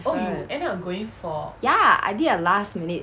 different ya I did a last minute